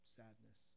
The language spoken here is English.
sadness